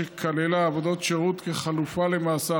שכללה עבודות שירות כחלופה למאסר,